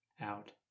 out